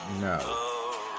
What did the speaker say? No